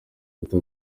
guta